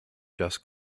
just